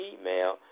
email